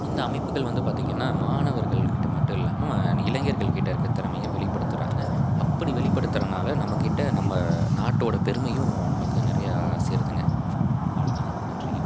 இந்த அமைப்புகள் வந்து பார்த்திங்கனா மாணவர்கள்கிட்ட மட்டும் இல்லாமல் இளைஞர்கள்கிட்ட இருக்க திறமையும் வெளிப்படுத்துகிறாங்க அப்படி வெளிப்படுத்துறனால் நம்மகிட்ட நம்ம நாட்டோடய பெருமையும் நமக்கு நிறையா சேருதுங்க அவ்ளோதாங்க நன்றிங்க